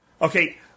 Okay